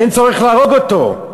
אין צורך להרוג אותו.